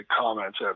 comments